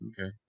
Okay